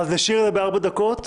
אז נשאיר ארבע דקות.